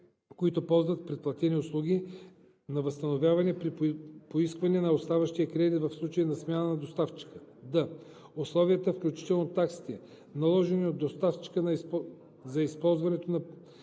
които ползват предплатени услуги, на възстановяване при поискване на оставащия кредит в случай на смяна на доставчика; д) условията, включително таксите, наложени от доставчика за използването на